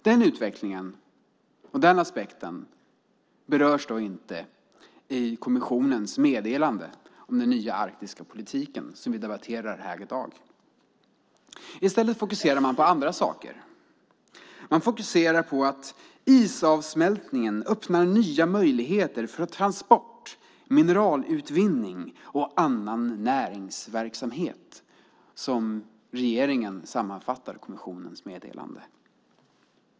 Men den utvecklingen och den aspekten berörs inte i kommissionens meddelande om den nya arktiska politiken som vi debatterar här i dag. I stället fokuserar man på andra saker. Man fokuserar på att isavsmältningen öppnar nya möjligheter för transport, mineralutvinning och annan näringsverksamhet, som regeringen sammanfattar kommissionens meddelande.